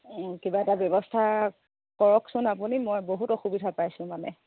কিবা এটা ব্যৱস্থা কৰৰকচোন আপুনি মই বহুত অসুবিধা পাইছোঁ মানে